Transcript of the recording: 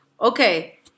Okay